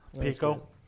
Pico